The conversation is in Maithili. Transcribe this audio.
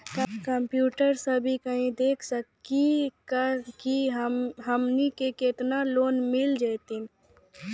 कंप्यूटर सा भी कही देख सकी का की हमनी के केतना लोन मिल जैतिन?